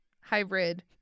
hybrid